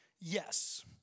yes